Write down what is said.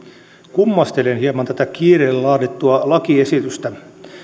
kummastelen hieman tätä kiireellä laadittua lakiesitystä